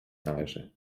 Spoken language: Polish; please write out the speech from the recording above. należy